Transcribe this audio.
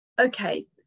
okay